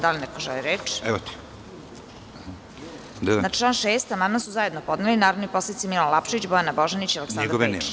Da li neko želi reč? (Ne) Na član 6. amandman su zajedno podneli narodni poslanici Milan Lapčević, Bojana Božanić i Aleksandar Pejčić.